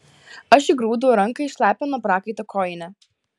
aš įgrūdau ranką į šlapią nuo prakaito kojinę